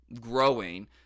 growing